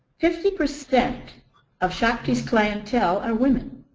fifty percent of shakti's clientele are women.